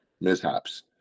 mishaps